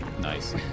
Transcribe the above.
Nice